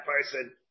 person